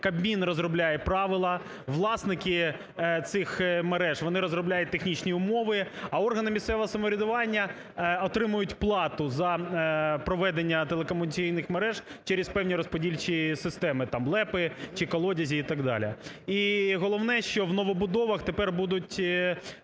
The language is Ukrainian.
Кабмін розробляє правила, власники цих мереж вони розробляють технічні умови, а органи місцевого самоврядування отримують плату за проведення телекомунікаційних мереж через певні розподільчі системи, там, ЛЕПи чи колодязі і так далі. І головне, що в новобудовах тепер будуть